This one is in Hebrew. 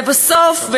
לבסוף,